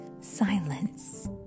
silence